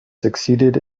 succeeded